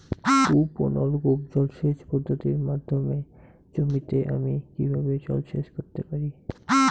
কূপ ও নলকূপ জলসেচ পদ্ধতির মাধ্যমে জমিতে আমি কীভাবে জলসেচ করতে পারি?